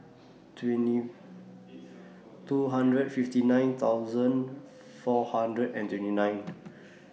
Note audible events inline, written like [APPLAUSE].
twenty [NOISE] two hundred fifty nine thousand four hundred and twenty nine